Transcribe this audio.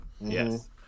Yes